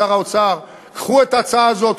שר האוצר: קחו את ההצעה הזאת,